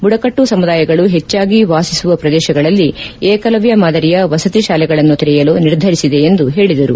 ಬುಡಕಟ್ಟು ಸಮುದಾಯಗಳು ಹೆಚ್ಚಾಗಿ ವಾಸಿಸುವ ಪ್ರದೇಶಗಳಲ್ಲಿ ಏಕಲವ್ಯ ಮಾದರಿಯ ವಸತಿ ಶಾಲೆಗಳನ್ನು ತೆರೆಯಲು ನಿರ್ಧರಿಸಿದೆ ಎಂದು ಹೇಳಿದರು